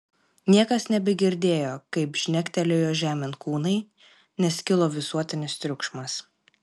niekas nebegirdėjo kaip žnektelėjo žemėn kūnai nes kilo visuotinis triukšmas